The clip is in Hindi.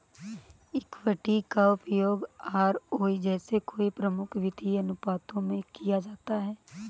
इक्विटी का उपयोग आरओई जैसे कई प्रमुख वित्तीय अनुपातों में किया जाता है